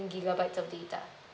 gigabytes of data